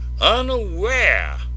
unaware